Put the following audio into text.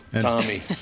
Tommy